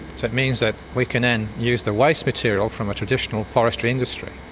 so it means that we can then use the waste material from a traditional forestry industry.